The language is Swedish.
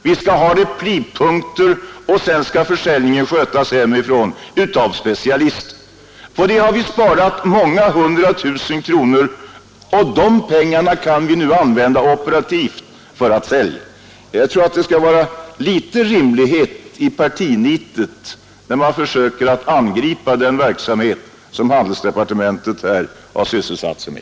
Vi skall ha replipunkter, och sedan skall försäljningen skötas hemifrån av specialister. På det har vi sparat många hundra tusen kronor, och de pengarna kan vi nu använda operativt för att sälja. Jag tycker att det skall vara litet rimlighet i partinitet när man försöker angripa den verksamhet som handelsdepartementet här har sysselsatt sig med.